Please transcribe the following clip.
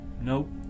Nope